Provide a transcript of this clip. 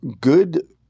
good